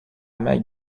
mike